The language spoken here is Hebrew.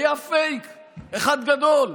היו פייק אחד גדול,